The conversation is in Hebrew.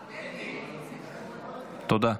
תודה.